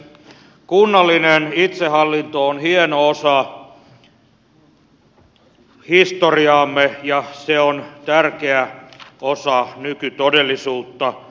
kunnallinen itsehallinto on hieno osa historiaamme ja se on tärkeä osa nykytodellisuutta